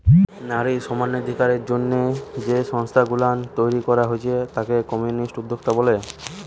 নারী সমানাধিকারের জন্যে যেই সংস্থা গুলা তইরি কোরা হচ্ছে তাকে ফেমিনিস্ট উদ্যোক্তা বলে